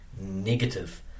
negative